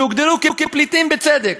שהוגדרו כפליטים בצדק,